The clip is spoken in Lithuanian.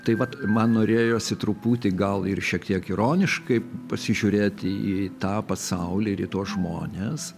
tai vat man norėjosi truputį gal ir šiek tiek ironiškai pasižiūrėti į tą pasaulį ir į tuos žmones